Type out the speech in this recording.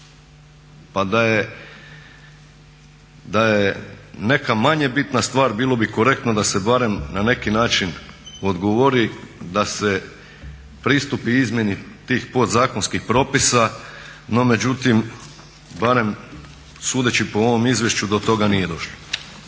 pa da je neka manje bitna stvar bilo bi korektno da se barem na neki način odgovori, da se pristupi izmjeni tih podzakonskih propisa, no međutim barem sudeći po ovom izvješću do toga nije došlo.